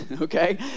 okay